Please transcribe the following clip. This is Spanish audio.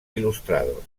ilustrados